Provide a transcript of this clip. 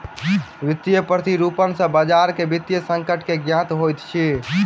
वित्तीय प्रतिरूपण सॅ बजार के वित्तीय संकट के ज्ञात होइत अछि